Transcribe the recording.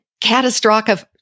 catastrophic